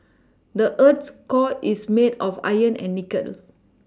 the earth's core is made of iron and nickel